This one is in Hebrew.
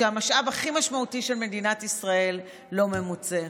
והמשאב הכי משמעותי של מדינת ישראל לא ממוצה.